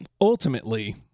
ultimately